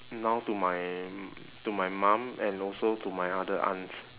now to my m~ to my mum and also to my other aunts